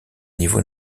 niveau